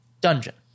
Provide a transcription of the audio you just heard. dungeon